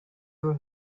would